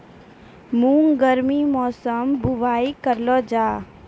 मूंग गर्मी मौसम बुवाई करलो जा?